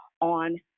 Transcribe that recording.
on